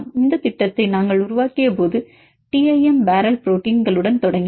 இந்த திட்டத்தை நாங்கள் உருவாக்கியபோது டிஐஎம் பேரல் புரோட்டீன்களுடன் தொடங்கினோம்